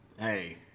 Hey